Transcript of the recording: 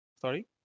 Sorry